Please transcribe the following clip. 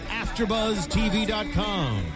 AfterBuzzTV.com